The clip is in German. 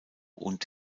und